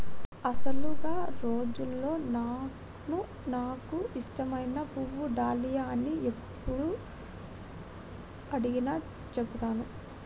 అసలు గా రోజుల్లో నాను నాకు ఇష్టమైన పువ్వు డాలియా అని యప్పుడు అడిగినా సెబుతాను